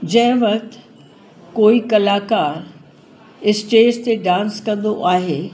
जंहिं वक़्ति कोई कलाकार स्टेज ते डांस कंदो आहे